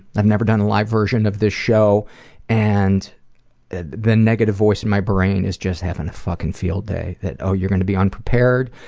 i've never done a live version of this show and the negative voice in my brain is just having a fucking field day that, oh, you're gonna be unprepared.